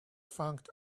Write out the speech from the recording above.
found